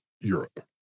Europe